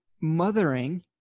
mothering